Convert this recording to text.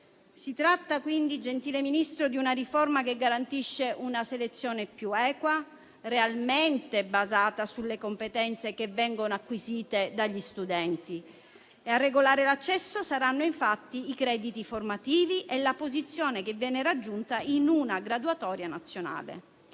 Si tratta, quindi, gentile Ministro, di una riforma che garantisce una selezione più equa, realmente basata sulle competenze che vengono acquisite dagli studenti; a regolare l'accesso saranno infatti i crediti formativi e la posizione che viene raggiunta in una graduatoria nazionale.